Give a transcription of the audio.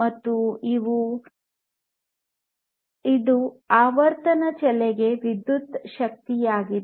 ಮತ್ತು ಇದು ಆವರ್ತಕ ಚಲನೆಗೆ ವಿದ್ಯುತ್ ಶಕ್ತಿಯಾಗಿದೆ